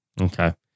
Okay